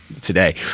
today